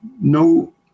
no